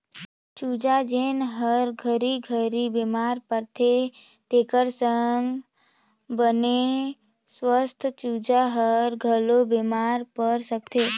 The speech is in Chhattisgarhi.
चूजा जेन हर घरी घरी बेमार परथे तेखर संघे बने सुवस्थ चूजा हर घलो बेमार पर सकथे